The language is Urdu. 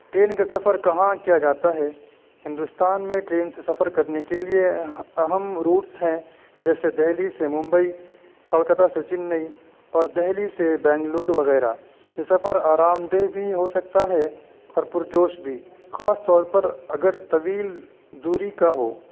ٹرین کا سفر کہاں کیا جاتا ہے ہندوستان میں ٹرین سے سفر کرنے کے لیے اہم روٹس ہیں جیسے دلی سے ممبئی کولکتہ سے چنئی اور دلی سے بینگلور وغیرہ یہ سفر آرام دہ بھی ہو سکتا ہے اور پرجوش بھی خاص طور پر اگر طویل دوری کا ہو